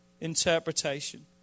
interpretation